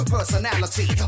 Personality